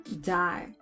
die